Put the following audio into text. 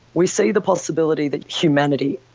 we see the possibility that humanity,